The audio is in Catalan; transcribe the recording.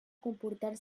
comportar